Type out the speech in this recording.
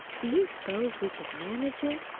do you suppose we could manage it?